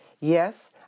Yes